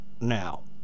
now